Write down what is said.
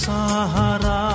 Sahara